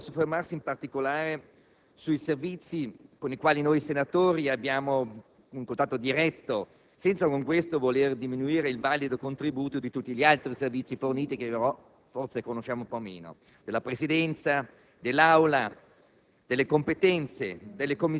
Il mio giudizio positivo vuole soffermarsi in particolare sui servizi con i quali noi senatori abbiamo un contatto diretto, senza con questo voler diminuire il valido contributo di tutti gli altri servizi forniti, che però forse conosciamo un po' meno. La Presidenza, l'Aula,